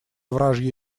вражья